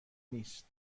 نیست